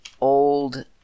old